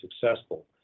successful